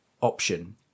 option